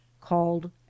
called